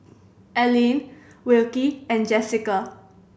Alline Wilkie and Jessica